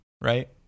right